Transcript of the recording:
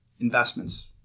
investments